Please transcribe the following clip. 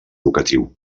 educatiu